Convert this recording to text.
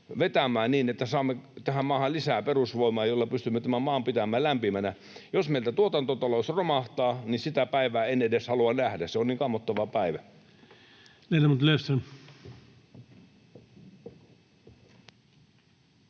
vetämään, niin että saamme tähän maahan lisää perusvoimaa, jolla pystymme tämän maan pitämään lämpimänä. Jos meiltä tuotantotalous romahtaa, niin sitä päivää en edes halua nähdä — se on niin kammottava päivä.